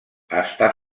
està